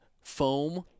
foam